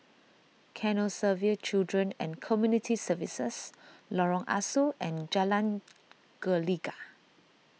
Canossaville Children and Community Services Lorong Ah Soo and Jalan Gelegar